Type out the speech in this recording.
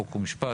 חוק ומשפט,